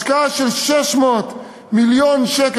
השקעה של 600 מיליון ש"ח,